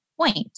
point